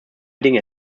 dinge